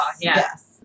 Yes